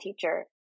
teacher